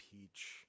peach